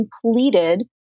completed